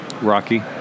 Rocky